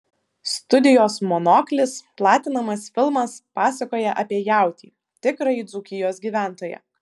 studijos monoklis platinamas filmas pasakoja apie jautį tikrąjį dzūkijos gyventoją